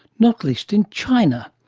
not least in china.